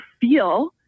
feel